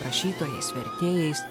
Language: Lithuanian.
rašytojais vertėjais